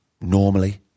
normally